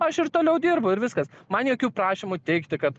aš ir toliau dirbu ir viskas man jokių prašymų teikti kad